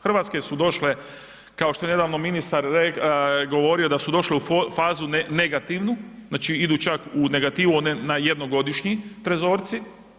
Hrvatske su došle, kao što je nedavno ministar govorio da su došle u fazu negativnu, znači idu u negativu na jednogodišnji trezorci.